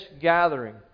gathering